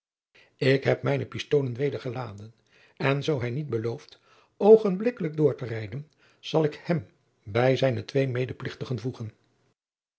k heb mijne pistolen weder geladen en zoo hij niet belooft oogenblikkelijk door te rijden zal ik hem bij zijne twee medepligtigen voegen